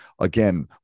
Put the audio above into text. again